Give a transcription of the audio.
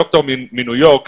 דוקטור מניו יורק,